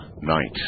night